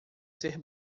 ser